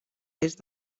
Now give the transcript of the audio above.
est